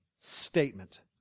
statement